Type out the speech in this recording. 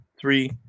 three